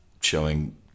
showing